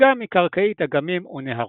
וגם מקרקעית אגמים ונהרות.